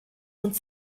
und